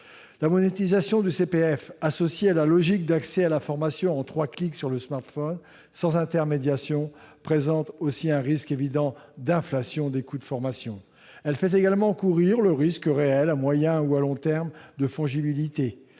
de formation. De plus, associée à la logique d'accès à la formation en trois clics sur le smartphone, sans intermédiation, la monétisation du CPF présente un risque évident d'inflation des coûts de formation. Elle fait également courir le risque réel, à moyen ou à long terme, de fongibilité.